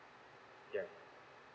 ya